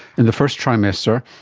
in the first trimester,